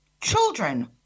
children